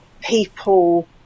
people